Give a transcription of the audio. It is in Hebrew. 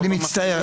אני מצטער.